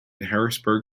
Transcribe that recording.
harrisburg